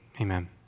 amen